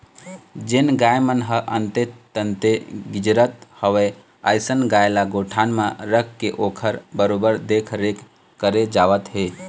जेन गाय मन ह अंते तंते गिजरत हवय अइसन गाय ल गौठान म रखके ओखर बरोबर देखरेख करे जावत हे